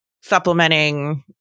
supplementing